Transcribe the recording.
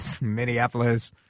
Minneapolis